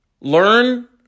Learn